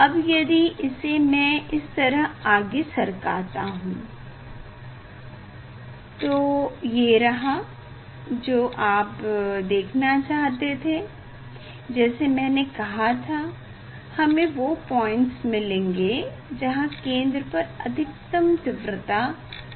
अब यदि इसे मैं इस तरह आगे सरकाता हूँ तो ये रहा जो आप देखना चाहते थे जैसा मैने कहा था हमें वो पोईंट्स मिलेंगे जहाँ केंद्र पर अधिकतम तीव्रता हो